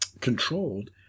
controlled